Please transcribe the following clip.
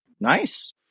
nice